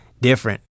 different